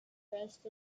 rest